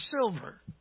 silver